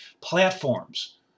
platforms